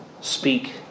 speak